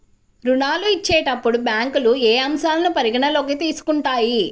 ఋణాలు ఇచ్చేటప్పుడు బ్యాంకులు ఏ అంశాలను పరిగణలోకి తీసుకుంటాయి?